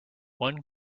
one